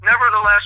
nevertheless